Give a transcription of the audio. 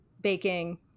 baking